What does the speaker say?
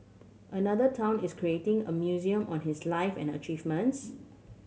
another town is creating a museum on his life and achievements